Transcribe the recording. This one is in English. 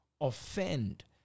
offend